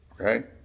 Okay